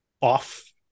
off